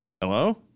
hello